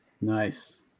Nice